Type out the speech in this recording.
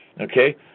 okay